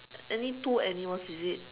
any two animals is it